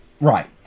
Right